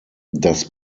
das